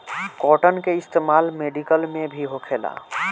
cotton के इस्तेमाल medical में भी होखेला